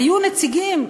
היו נציגים,